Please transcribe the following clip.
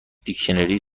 دیکشنری